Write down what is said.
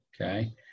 okay